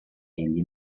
ell